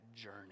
journey